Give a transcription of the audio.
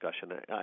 discussion